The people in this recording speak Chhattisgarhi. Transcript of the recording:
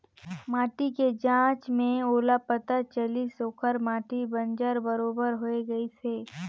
माटी के जांच में ओला पता चलिस ओखर माटी बंजर बरोबर होए गईस हे